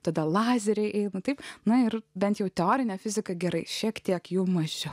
tada lazeriai taip na ir bent jau teorinę fiziką gerai šiek tiek jų mąsčiau